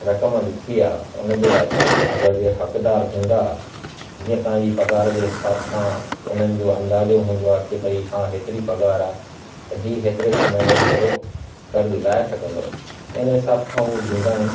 रक़म लिखी ख़े उनजे लाइ तव्हां अगरि जे हक़दारु हूंदा जीअं तव्हां जे पघार जे हिसाब खां उन्हनि जो अंदाज़ो हूंदो आहे के भई हा हेतिरी पघार आहे त ही हेतिरे समय में हेतिरो कर्ज़ु लाहे सघंदो त हिन हिसाब खां हू ॾींदा आहिनि